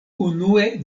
unue